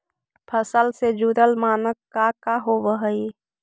फसल से जुड़ल मानक का का होव हइ?